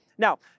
Now